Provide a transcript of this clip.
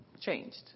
changed